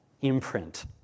imprint